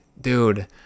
dude